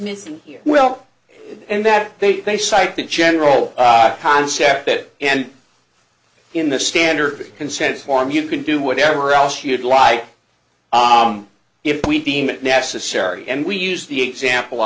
missing here well and that they cite the general concept that and in the standard consent form you can do whatever else you'd like if we deem it necessary and we use the